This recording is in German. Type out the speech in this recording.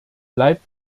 bleibt